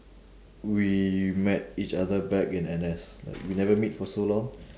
we met each other back in N_S like we never meet for so long